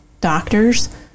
doctors